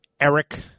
Eric